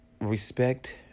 respect